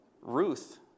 Ruth